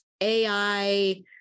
AI